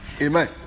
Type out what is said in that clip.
Amen